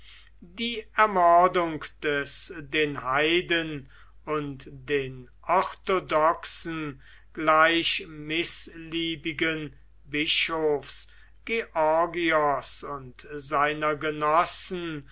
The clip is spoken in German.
die ermordung des den heiden und den orthodoxen gleich mißliebigen bischofs georgios und seiner genossen